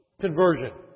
conversion